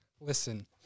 listen